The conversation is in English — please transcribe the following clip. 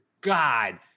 God